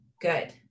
good